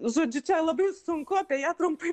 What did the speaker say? žodžiu čia labai sunku apie ją trumpai